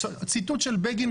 יש ציטוט של בגין,